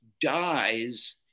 dies